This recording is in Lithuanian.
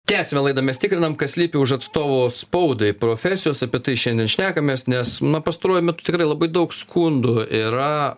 tęsiame laidą mes tikrinam kas slypi už atstovo spaudai profesijos apie tai šiandien šnekamės nes pastaruoju metu tikrai labai daug skundų yra